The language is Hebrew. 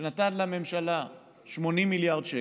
שנתן לממשלה 80 מיליארד שקל,